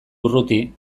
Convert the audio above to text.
urruti